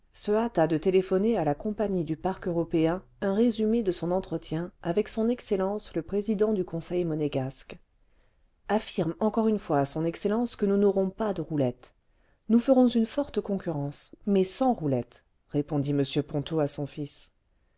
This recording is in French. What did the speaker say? se hâta de téléphoner à la compagnie du parc européen un résumé de son entretien avec s exe le président du conseil monégasque ce affirme encore une fois à son excellence que nous n'aurons pas de roulette nous ferons une forte concurrence mais sans roulette répondit m ponto à son fils